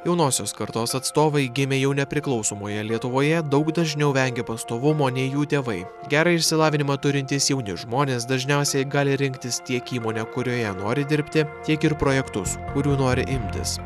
jaunosios kartos atstovai gimę jau nepriklausomoje lietuvoje daug dažniau vengia pastovumo nei jų tėvai gerą išsilavinimą turintys jauni žmonės dažniausiai gali rinktis tiek įmonę kurioje nori dirbti tiek ir projektus kurių nori imtis